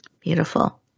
Beautiful